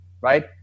right